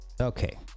Okay